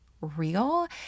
real